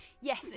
Yes